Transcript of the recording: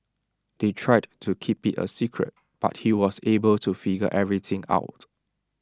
they tried to keep IT A secret but he was able to figure everything out